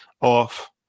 off